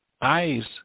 eyes